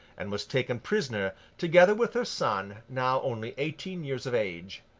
and was taken prisoner, together with her son, now only eighteen years of age.